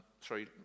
Sorry